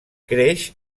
creix